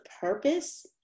purpose